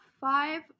five